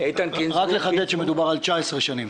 רק לחדד שמדובר על 19 שנים.